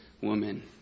woman